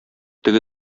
теге